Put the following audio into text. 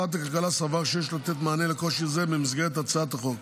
משרד הכלכלה סבר שיש לתת מענה לקושי זה במסגרת הצעת החוק,